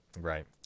Right